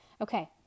Okay